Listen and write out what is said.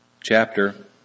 chapter